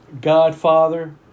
Godfather